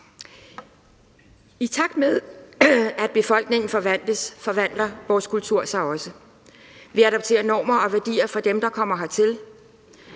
I takt med at befolkningen forvandles, forvandler vores kultur sig også. Vi adopterer normer og værdier fra dem, der kommer hertil.